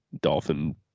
dolphin